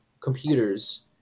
computers